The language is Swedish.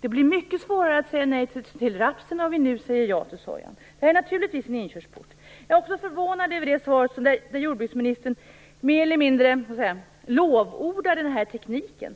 Det blir mycket svårare att säga nej till rapsen om vi nu säger ja till sojan. Det är naturligtvis en inkörsport. Jag är också förvånad över den del i svaret där jordbruksministern mer eller mindre lovordar den här tekniken.